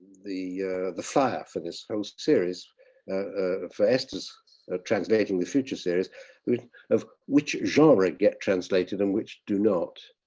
the the flyer for this whole series ah for esther's translating the future series of which genre get translated and which do not.